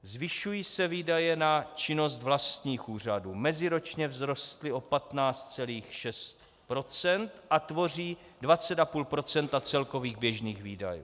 Zvyšují se výdaje na činnost vlastních úřadů, meziročně vzrostly o 15,6 % a tvoří 20,5 % celkových běžných výdajů.